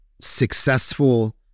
successful